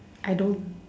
I don't